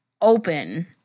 open